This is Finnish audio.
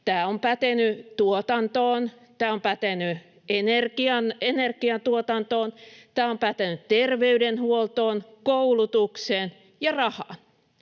tämä on pätenyt energiantuotantoon, tämä on pätenyt terveydenhuoltoon, koulutukseen ja rahaan.